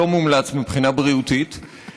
לא מומלץ מבחינה בריאותית,